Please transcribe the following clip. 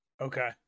okay